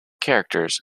characters